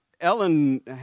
Ellen